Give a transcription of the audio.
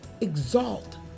exalt